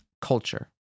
culture